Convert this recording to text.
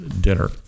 dinner